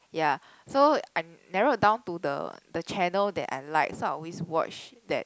ya so I narrowed down to the the channel that I like so I always watch that